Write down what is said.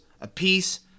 apiece